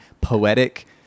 poetic